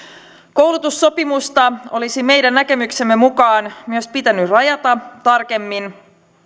koulutussopimusta olisi meidän näkemyksemme mukaan myös pitänyt rajata tarkemmin